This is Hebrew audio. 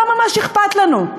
לא ממש אכפת לנו.